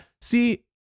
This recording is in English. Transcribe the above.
see